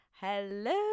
Hello